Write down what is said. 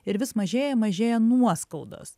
ir vis mažėja mažėja nuoskaudos